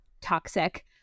toxic